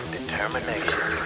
Determination